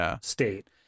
state